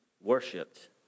worshipped